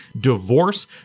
divorce